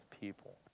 people